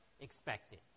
expected